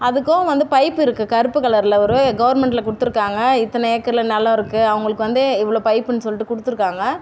அதுக்கும் வந்து பைப்பு இருக்குது கருப்பு கலரில் ஒரு கவர்மெண்டில் கொடுத்துருக்காங்க இத்தனை ஏக்கரில் நிலம் இருக்குது அவங்களுக்கு வந்து இவ்வளோ பைப்புன்னு சொல்லிட்டு கொடுத்துருக்காங்க